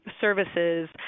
services